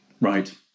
Right